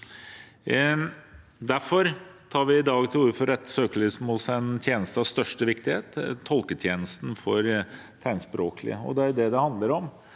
Derfor tar vi i dag til orde for å rette søkelyset mot en tjeneste av største viktighet: tolketjenesten for tegnspråklige. Det er det dette handler om.